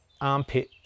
armpit